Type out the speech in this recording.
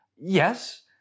Yes